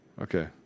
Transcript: Okay